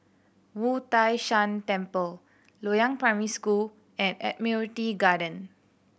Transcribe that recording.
Wu Tai Shan Temple Loyang Primary School and Admiralty Garden